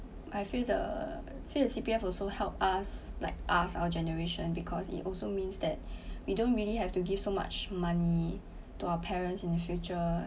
I feel the feel the C_P_F also help us like ask our generation because it also means that we don't really have to give so much money to our parents in the future